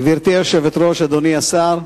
גברתי היושבת-ראש, אדוני השר,